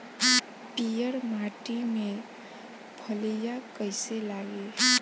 पीयर माटी में फलियां कइसे लागी?